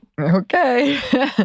Okay